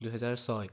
দুহেজাৰ ছয়